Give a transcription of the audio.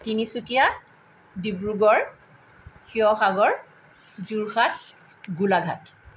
Tinsukia Dibrugarh Sivasagar Jorhat Golaghat